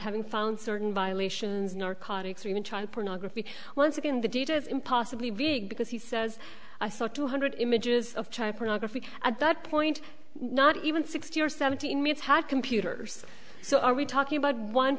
having found certain violations narcotics or even child pornography once again the data is impossibly big because he says i saw two hundred images of child pornography at that point not even sixteen or seventeen mates had computers so are we talking about one